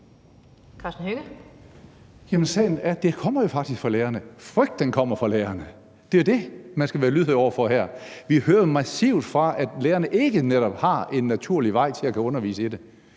Karsten Hønge (SF): Sagen er, at det kommer faktisk fra lærerne. Frygten kommer fra lærerne. Det er jo det, man skal være lydhør over for her. Vi hører massivt, at lærerne netop ikke har en naturlig vej til at kunne undervise i det.